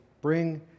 bring